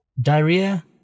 Diarrhea